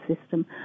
system